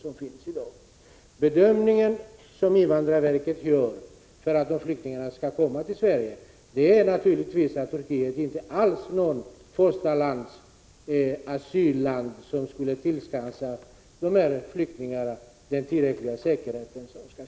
Den bedömning som invandrarverket gör för att dessa flyktingar skall komma till Sverige är naturligtvis att Turkiet inte alls är något första asylland som skulle tillförsäkra flyktingarna tillräcklig säkerhet.